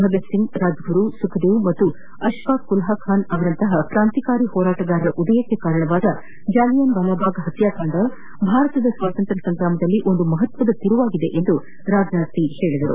ಭಗತ್ಸಿಂಗ್ ರಾಜ್ಗುರು ಸುಖದೇವ್ ಮತ್ತು ಅಶ್ವಾಥ್ ಕುಲ್ಲಾಖಾನ್ ಅವರಂತಹ ಕ್ರಾಂತಿಕಾರಿ ಹೋರಾಟಗಾರರ ಉದಯಕ್ಕೆ ಕಾರಣವಾದ ಜಲಿಯನ್ ವಾಲಾಬಾಗ್ ಹೆತ್ಯಾಕಾಂದ ಭಾರತದ ಸ್ವಾತಂತ್ರ್ತ ಸಂಗ್ರಾಮದಲ್ಲಿ ಒಂದು ಮಹತ್ವದ ತಿರುವು ಆಗಿದೆ ಎಂದು ರಾಜನಾಥ್ ಸಿಂಗ್ ಹೇಳಿದರು